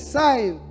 sign